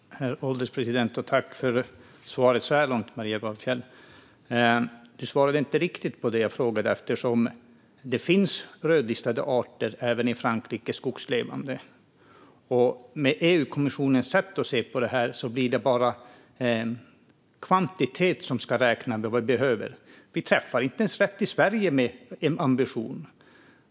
Herr ålderspresident! Tack för svaret så här långt, Maria Gardfjell! Du svarade inte riktigt på det jag frågade om. Det finns skogslevande rödlistade arter även i Frankrike. Med EU-kommissionens sätt att se på detta blir det bara kvantitet som avgör vad vi behöver. Vi träffar inte ens rätt i Sverige med den ambitionen.